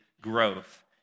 growth